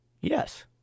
Yes